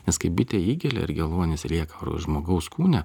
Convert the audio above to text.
nes kai bitė įgelia ir geluonis lieka žmogaus kūne